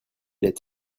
est